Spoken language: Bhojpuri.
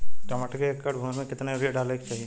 टमाटर के एक एकड़ भूमि मे कितना यूरिया डाले के चाही?